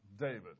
David